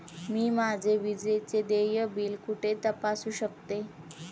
मी माझे विजेचे देय बिल कुठे तपासू शकते?